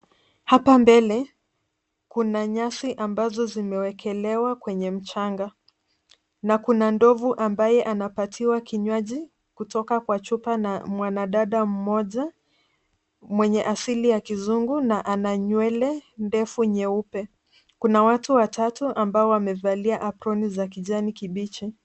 Hapa mbele kuna nyasi ambazo zimewekelewa kwenye mchanga na kuna ndovu ambaye anapatiwa kinywaji kutoka kwa chupa na mwanadada moja mwenye asili ya kizungu na ana nywele ndefu nyeupe. Kuna watu watatu ambao wamevalia aproni za kijani kibichi.